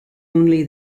only